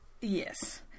Yes